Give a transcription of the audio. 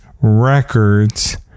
Records